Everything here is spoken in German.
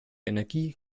energie